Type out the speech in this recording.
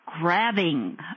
grabbing